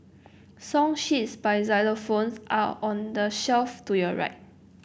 song sheets by xylophones are on the shelf to your right